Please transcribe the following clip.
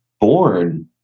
born